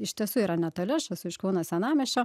iš tiesų yra netoli aš esu iš kauno senamiesčio